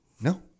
no